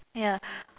ya